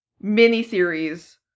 mini-series